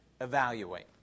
evaluate